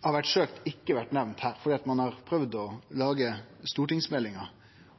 har vore nemnde her fordi ein har prøvd å lage stortingsmeldinga